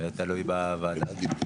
תלוי בוועדה.